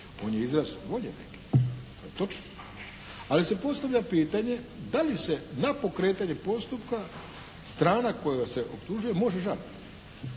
On je izraz volje neke, to je točno. Ali se postavlja pitanje da li se na pokretanje postupka strana koja se optužuje može žaliti.